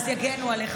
יגנו עליך,